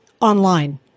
Online